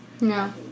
No